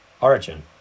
origin